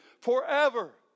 forever